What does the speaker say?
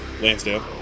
Lansdale